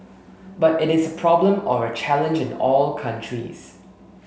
but it is a problem or a challenge in all countries